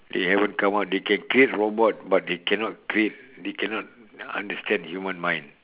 they haven't come up they can create robot but they cannot create they cannot understand human mind